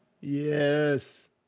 Yes